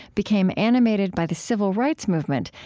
became animated by the civil rights movement,